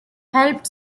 helped